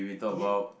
hit